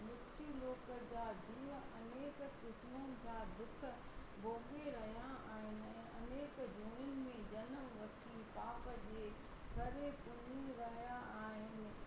मृत्यु लोक जा जीव अनेक क़िस्मनि जा दुख भोॻे रहिया आहिनि ऐं अनेक जूणिन में जनम वठी पाप जे करे पुञी रहिया आहिनि